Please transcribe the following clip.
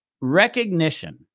recognition